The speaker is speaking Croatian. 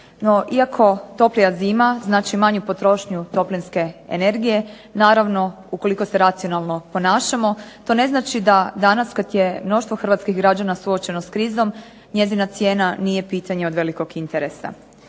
iako toplija zima znači manju potrošnju toplinske energije naravno ukoliko se racionalno ponašamo to ne znači da danas kad je mnoštvo hrvatskih građana suočeno s krizom njezina cijena nije pitanje od velikog interesa.